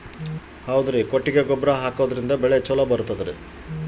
ಕೊಟ್ಟಿಗೆ ಗೊಬ್ಬರ ಹಾಕಿದರೆ ಬೆಳೆ ಚೊಲೊ ಬರುತ್ತದೆ ಏನ್ರಿ?